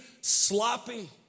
sloppy